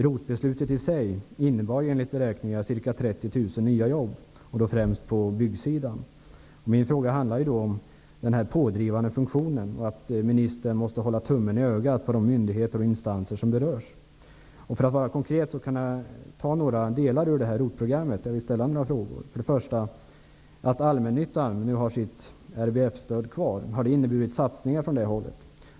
ROT-beslutet i sig innebär, enligt gjorda beräkningar, ca 30 000 nya jobb, främst på byggsidan. Min fråga handlar alltså om den pådrivande funktionen. Ministern måste hålla tummen på ögat på de myndigheter och instanser som berörs. För att uttrycka mig konkret kan jag ta några delar i ROT-programmet som jag vill ställa några frågor kring: 1. Allmännyttan har kvar sitt RBF-stöd. Har det inneburit några satsningar från det hållet?